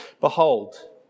Behold